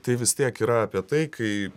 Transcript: tai vis tiek yra apie tai kai